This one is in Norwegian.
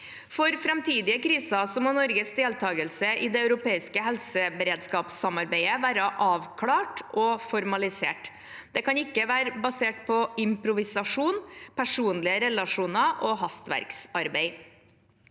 For framtidige kriser må Norges deltakelse i det europeiske helseberedskapssamarbeidet være avklart og formalisert. Det kan ikke være basert på improvisasjon, personlige relasjoner og hastverksarbeid.